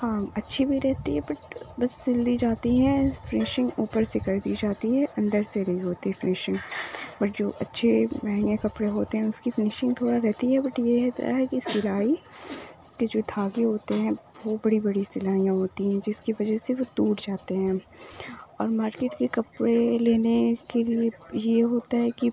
ہاں اچھی بھی رہتی ہیں بٹ بس سل دی جاتی ہیں فنیشنگ اوپر سے کر دی جاتی ہے اندر سے نہیں ہوتی فنیشنگ بٹ جو اچھے مہنگے کپڑے ہوتے ہیں اس کی فنیشگ تھوڑا رہتی ہے بٹ یہ ہوتا ہے کہ سلائی کے جو دھاگے ہوتے ہیں وہ بڑی بڑی سلائیاں ہوتی ہیں جس کی وجہ سے وہ ٹوٹ جاتے ہیں اور مارکیٹ کے کپڑے لینے کے لیے یہ ہوتا ہے کہ